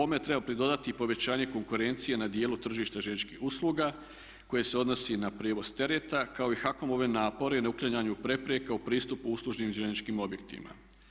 Ovome treba pridodati i povećanje konkurencije na dijelu tržišta željezničkih usluga koje se odnosi na prijevoz tereta kao i HAKOM-ove napore na uklanjanju prepreka u pristupu uslužnim željezničkim objektima.